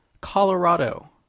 Colorado